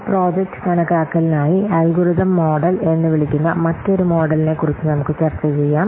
ഈ പ്രോജക്റ്റ് കണക്കാക്കലിനായി algorithm model എന്ന് വിളിക്കുന്ന മറ്റൊരു മോഡലിനെക്കുറിച്ച് നമുക്ക് ചർച്ച ചെയ്യാം